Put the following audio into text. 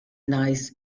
nice